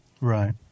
Right